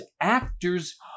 actors